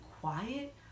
quiet